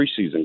preseason